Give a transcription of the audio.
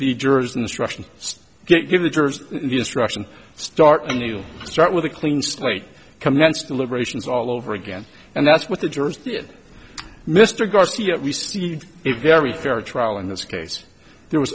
the jurors instructions give the jurors the instruction start anew start with a clean slate commence deliberations all over again and that's what the jurors did mr garcia received a very fair trial in this case there was